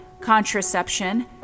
contraception